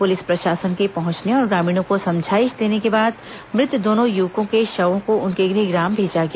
police प्रशासन के पहुंचने और ग्रामीणों को समझाईश देने के बाद मृत दोनों युवकों के शवों को उनके गृहग्राम भेजा गया